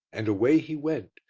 and away he went,